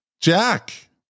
Jack